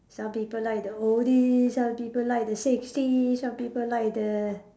some people like the oldies some people like the sixties some people like the